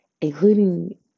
including